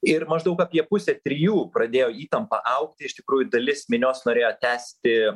ir maždaug apie pusę trijų pradėjo įtampa augti iš tikrųjų dalis minios norėjo tęsti